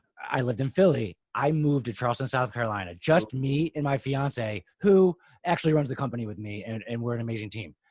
i lived in philly. i moved to charleston, south carolina, just me and my fiance, who actually runs the company with me. and and we're an amazing team.